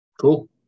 Cool